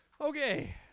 okay